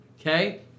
okay